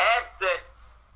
assets